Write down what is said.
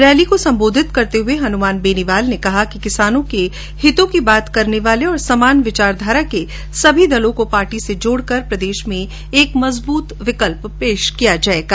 rally सम्बोधित करते हए हनमान बेनीवाल ने कहा कि किसानों के हितों की बात करने वाले और समान विचारघारा के सभी दलों को पार्टी से जोडकर प्रदेश में एक मजबूत विकल्प पेश किया जाएगा